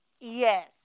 Yes